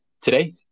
Today